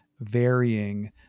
varying